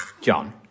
John